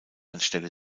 anstelle